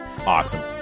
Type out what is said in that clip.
Awesome